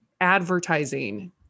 advertising